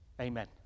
amen